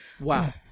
Wow